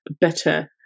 better